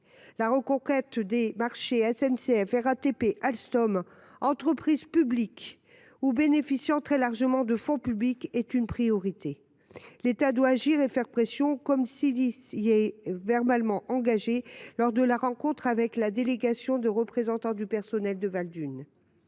La reconquête des marchés de la SNCF, de la RATP et d’Alstom, des entreprises publiques ou bénéficiant très largement de fonds publics, est une priorité. L’État doit agir et faire pression, comme il s’y est engagé verbalement lors de la rencontre avec la délégation de représentants du personnel de Valdunes.